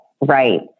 Right